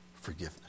forgiveness